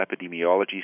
epidemiology